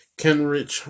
Kenrich